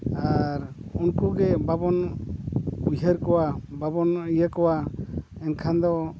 ᱟᱨ ᱩᱱᱠᱩᱜᱮ ᱵᱟᱵᱚᱱ ᱩᱭᱦᱟᱹᱨ ᱠᱚᱣᱟ ᱵᱟᱵᱚᱱ ᱤᱭᱟᱹ ᱠᱚᱣᱟ ᱮᱱᱠᱷᱟᱱ ᱫᱚ